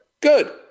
Good